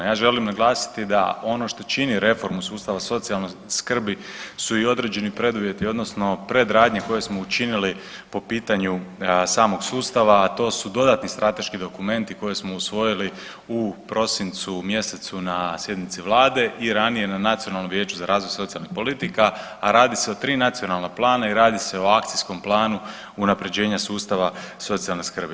Ja želim naglasiti da ono što čini reformu sustava socijalne skrbi su i određeni preduvjeti odnosno predradnje koje smo učinili po pitanju samog sustava, a to su dodatni strateški dokumenti koje smo usvojili u prosincu mjesecu na sjednici Vlade i ranije na Nacionalnom vijeću za razvoj socijalnih politika, a radi se o tri nacionalna plana i radi se o Akcijskom planu unapređenja sustava socijalne skrbi.